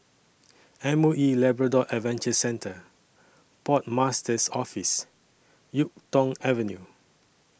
M O E Labrador Adventure Centre Port Master's Office Yuk Tong Avenue